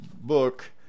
book